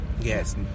yes